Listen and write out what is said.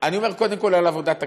אני אומר, קודם כול על עבודת הכנסת.